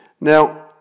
Now